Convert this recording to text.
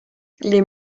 les